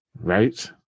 right